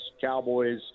Cowboys